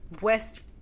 West